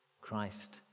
Christ